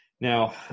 Now